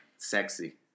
Sexy